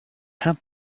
had